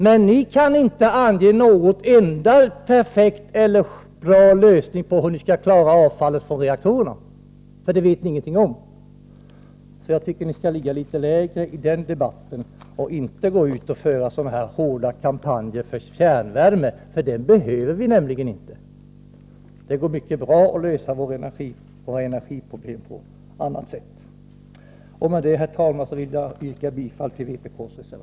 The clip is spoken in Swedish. Men ni moderater kan inte ange någon enda bra lösning på hur man kan klara avfallet från reaktorerna, för det vet ni inget om. Jag tycker alltså att ni skall ligga litet lägre i debatten och inte föra en så hård kampanj för kärnvärme — för den behöver vi inte. Det går mycket bra att lösa våra energiproblem på annat sätt. Med detta, herr talman, vill jag yrka bifall till vpk-reservationen.